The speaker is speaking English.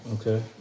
Okay